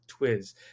Twiz